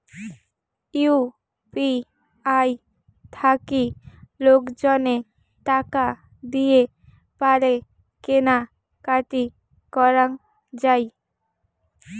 UPI থাকি লোকজনে টাকা দিয়ে পারে কেনা কাটি করাঙ যাই